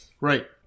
Right